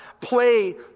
play